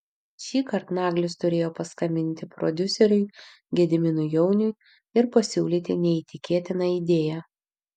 šįkart naglis turėjo paskambinti prodiuseriui gediminui jauniui ir pasiūlyti neįtikėtiną idėją